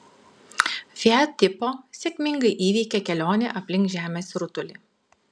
fiat tipo sėkmingai įveikė kelionę aplink žemės rutulį